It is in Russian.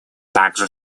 также